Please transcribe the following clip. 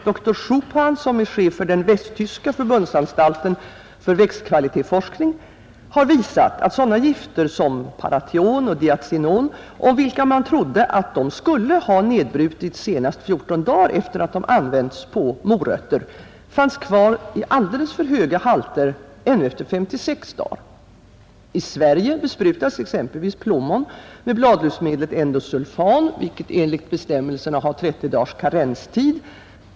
Dr Schuphan, som är chef för den västtyska förbundsanstalten för växtkvalitetsforskning, har visat att sådana gifter som parathion och diazinon, om vilka man trodde att de skulle ha nedbrutits senast 14 dagar efter att de använts på morötter, fanns kvar i alldeles för höga halter ännu efter 56 dagar. I Sverige besprutas exempelvis plommon med bladlusmedlet Endosulfan, som enligt bestämmelserna har 30 dagars karenstid.